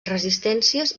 resistències